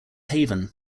haven